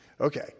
Okay